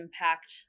impact